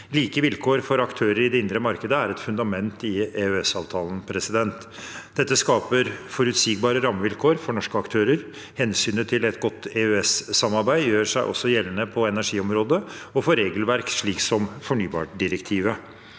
Like vilkår for aktører i det indre markedet er et fundament i EØS-avtalen. Det skaper forutsigbare rammevilkår for norske aktører. Hensynet til et godt EØS-samarbeid gjør seg også gjeldende på energiområdet og for regelverk, slik som fornybardirektivet.